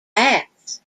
bats